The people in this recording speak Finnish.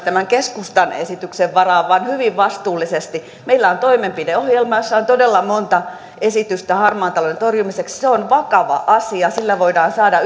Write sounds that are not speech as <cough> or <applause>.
<unintelligible> tämän keskustan esityksen varaan vaan hyvin vastuullisesti meillä on toimenpideohjelma jossa on todella monta esitystä harmaan talouden torjumiseksi se on vakava asia sillä voidaan saada <unintelligible>